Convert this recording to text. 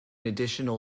additional